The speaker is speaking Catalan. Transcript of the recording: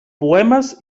poemes